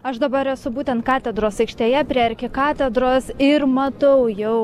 aš dabar esu būtent katedros aikštėje prie arkikatedros ir matau jau